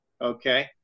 Okay